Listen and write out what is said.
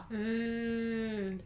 mm